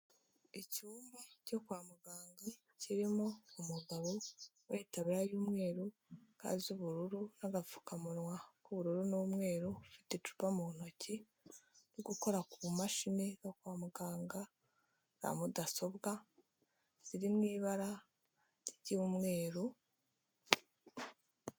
Icyumba cyo kwa muganga kirimo umugabo wambaye itaburiya y'mweruru, ga z'ubururu n' agapfukamunwa k'ubururu n'umweru, ufite icupa mu ntoki, uri gukora ku mashini yo kwa muganga za mudasobwa. Ziri mu ibara ry'umweru.